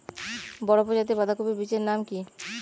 বড় প্রজাতীর বাঁধাকপির বীজের নাম কি?